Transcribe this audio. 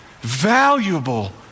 valuable